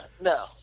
No